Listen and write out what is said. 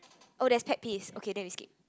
oh there is pet peeves okay then we skip